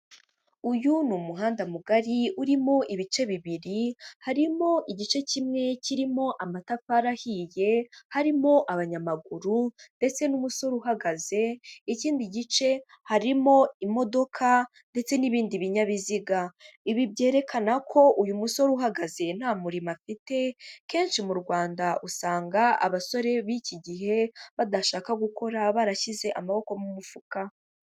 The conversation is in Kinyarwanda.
Uyu ni umuhanda mugari urimo ibice bibiri harimo igice kimwe kirimo amatafari ahiye, harimo abanyamaguru ndetse n'umusore uhagaze, ikindi gice harimo imodoka ndetse n'ibindi binyabiziga, ibi byerekanako uyu musore uhagaze nta murimo afite, kenshi mu Rwanda usanga abasore b'iki gihe badashaka gukora barashyize amaboko mu mufuka.